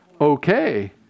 okay